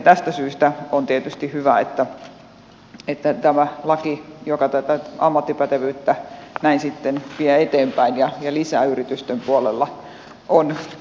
tästä syystä tietysti tämä laki joka tätä ammattipätevyyttä näin sitten vie eteenpäin ja lisää sitä yritysten puolella on perusteltu